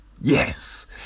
Yes